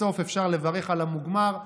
בסוף אפשר לברך על המוגמר,